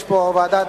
ונשמעו פה ועדת